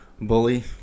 bully